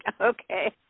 Okay